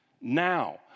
now